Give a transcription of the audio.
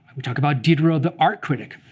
we talk about diderot the art critic,